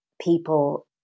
people